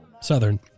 Southern